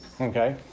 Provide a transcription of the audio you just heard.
Okay